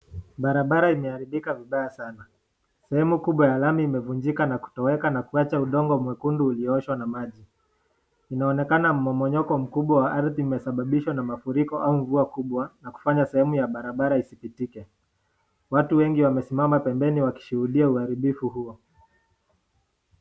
Barabara imeharibika vibaya sana. Sehemu kubwa ya lami imevunjika na kutoweka na kuwacha udongo mwekundu ukioshwa na maji. Inaonekana momonyoko mkubwa wa ardhi imesababishwa na mafuriko au mvua kubwa na kufanya sehemu ya barabara isipitike. Watu wengi wamesimama pembeni wakishuhudia uharibivu huo.